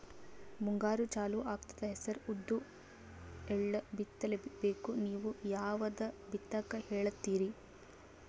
ಮುಂಗಾರು ಚಾಲು ಆಗ್ತದ ಹೆಸರ, ಉದ್ದ, ಎಳ್ಳ ಬಿತ್ತ ಬೇಕು ನೀವು ಯಾವದ ಬಿತ್ತಕ್ ಹೇಳತ್ತೀರಿ?